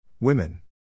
Women